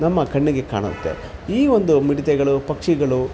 ನಮ್ಮ ಕಣ್ಣಿಗೆ ಕಾಣುತ್ತೆ ಈ ಒಂದು ಮಿಡತೆಗಳು ಪಕ್ಷಿಗಳು